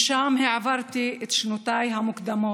שם העברתי את שנותיי המוקדמות.